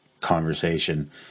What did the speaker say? conversation